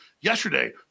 yesterday